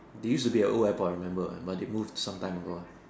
there used to be at Old Airport I remember but they moved sometime ago